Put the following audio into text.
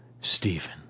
Stephen